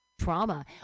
trauma